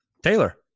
Taylor